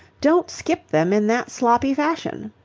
don't skip them in that sloppy fashion.